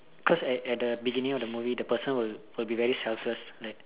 cause at at the beginning of the movie the person will will be very selfless like